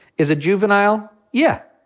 is it juvenile? yeah.